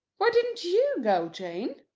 why didn't you go, jane?